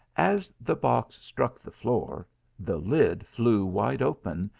as the box struck the floor the lid flew wide open,